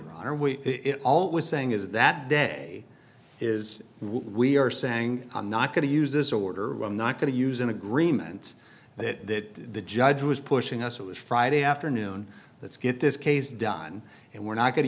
we always saying is that day is we are saying i'm not going to use this order i'm not going to use an agreement that the judge was pushing us it was friday afternoon let's get this case done and we're not going to